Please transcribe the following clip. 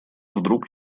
вдруг